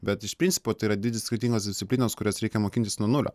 bet iš principo tai yra dvi skirtingos disciplinos kurias reikia mokintis nuo nulio